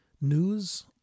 news